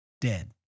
Dead